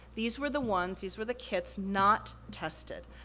these were the ones, these were the kits not tested,